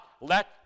let